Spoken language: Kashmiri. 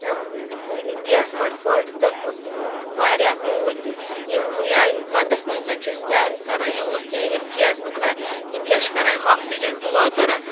گیسہٕ مٔٹۍ پھٔٹۍ تہٕ واریاہ موٗدۍ تہِ یا یِم وَندَس منٛز زَن چھِ أسۍ کیٛاہ کران یوٗز کیٚنٛہہ یِم گیسہٕ بُخارِ یِم کیٛاہ چھِ کران آکسیٖجن بُلاک کران